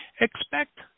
expect